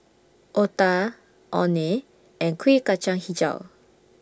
Otah Orh Nee and Kuih Kacang Hijau